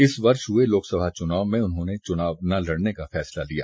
इस वर्ष हुए लोकसभा चुनाव में उन्होंने चुनाव न लड़ने का फैसला लिया